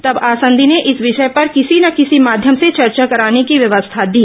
तब आसंदी नें इस विषय पर किसी न किसी माध्यम से चर्चा कराने की व्यवस्था दी